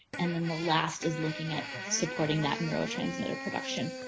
and then the last is looking at supporting that neurotransmitter production.